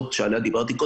הבנתי.